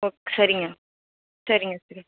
ஒ சரிங்க சரிங்க வச்சிடுறேன்